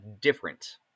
different